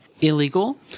illegal